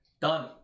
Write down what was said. Done